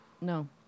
no